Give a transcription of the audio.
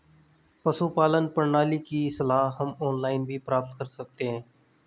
पशुपालन प्रणाली की सलाह हम ऑनलाइन भी प्राप्त कर सकते हैं